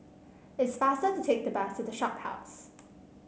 it's faster to take the bus to The Shophouse